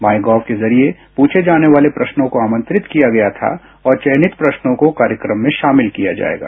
माई Gov के जरिये पुछे जाने वाले प्रश्नो को आमंत्रित किया गया था और चयनित प्रश्नों को कायक्रम में शामिल किया जायेगा